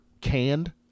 canned